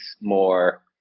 more